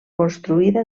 construïda